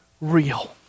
real